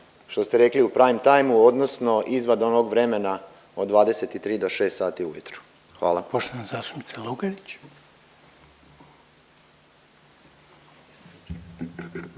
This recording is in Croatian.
što ste rekli u prime timeu odnosno izvan onog vremena od 23 do 6 sati u jutro. Hvala.